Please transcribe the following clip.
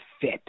fit